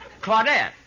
Claudette